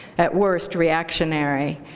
at worst reactionary.